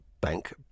bank